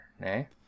Nay